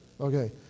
Okay